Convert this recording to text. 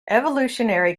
evolutionary